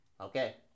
Okay